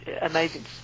amazing